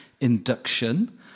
induction